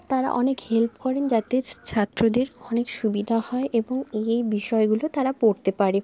তারা অনেক হেল্প করেন যাতে ছাত্রদের অনেক সুবিধা হয় এবং এই এই বিষয়গুলো তারা পড়তে পারে